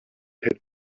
had